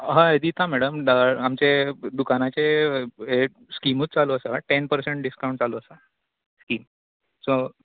हय दिता मॅडम आमचे दुकानाचे स्किमूच चालू आसा टॅन पर्संट डिस्काउन्ट चालू आसा स्किम सो